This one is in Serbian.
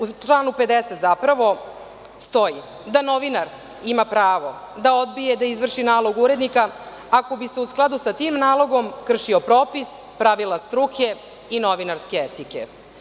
U članu 50. stoji da novinar ima pravo da odbije da izvrši nalog urednika, ako bi se u skladu sa tim nalogom kršio propis, pravila struke i novinarske etike.